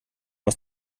aus